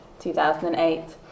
2008